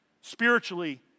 spiritually